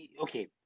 okay